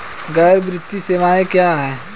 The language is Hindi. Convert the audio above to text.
गैर वित्तीय सेवाएं क्या हैं?